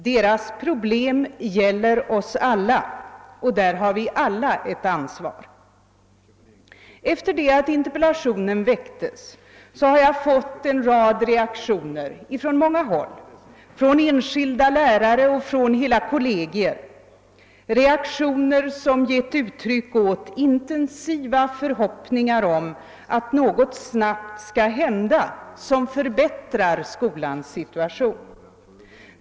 Deras problem gäller oss alla, och däri har vi alla ett ansvar. Efter det att interpellationen väcktes har jag fått en rad reaktioner från många håll, från enskilda lärare och hela kollegier, reaktioner som gett uttryck åt intensiva förhoppningar om att något snabbt skall hända som förbättrar skolans situation.